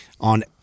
on